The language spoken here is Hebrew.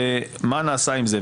מה נעשה עם זה?